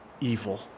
evil